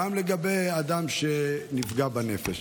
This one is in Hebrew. גם לגבי אדם שנפגע בנפש.